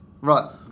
right